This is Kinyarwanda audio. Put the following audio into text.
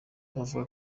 bavuga